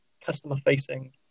customer-facing